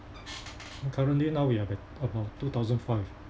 currently now we have at about two thousand five